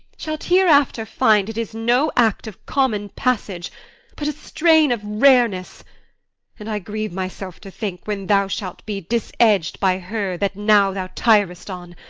shalt hereafter find it is no act of common passage but a strain of rareness and i grieve myself to think, when thou shalt be disedg'd by her that now thou tirest on,